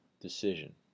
decision